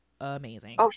amazing